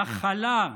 "הכלה",